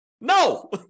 No